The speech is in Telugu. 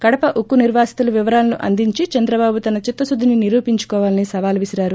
కడప ఉక్కు నిర్వాసితుల వివరాలను అందించి చంద్రబాబు తన చిత్తకుద్దిని నిరూపించుకోవాలని సవాలు విసిరారు